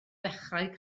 ddechrau